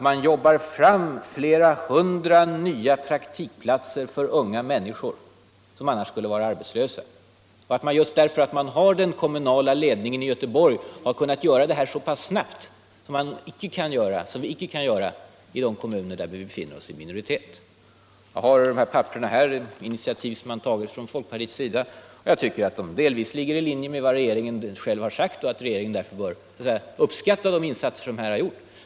Man får fram flera hundra nya praktikplatser för unga människor som annars skulle vara arbetslösa. Just därför att folkpartiet har den kommunala ledningen i Göteborg har man kunnat göra det så snabbt som vi inte kan göra i de kommuner där vi befinner oss i minoritet. Jag har papperen här. Det är initiativ som tagits från folkpartiet i Göteborg, och jag tycker att de delvis ligger i linje med vad regeringen har sagt. Regeringen bör därför uppskatta de insatser som här har gjorts.